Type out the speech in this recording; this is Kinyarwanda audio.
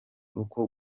uko